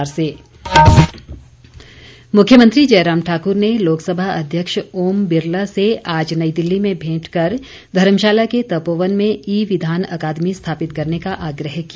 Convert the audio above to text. मुख्यमंत्री मुख्यमंत्री जयराम ठाक्र ने लोकसभा अध्यक्ष ओम बिरला से आज नई दिल्ली में भेंट कर धर्मशाला के तपोवन में ई विधान अकादमी स्थापित करने का आग्रह किया